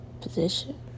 position